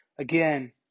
again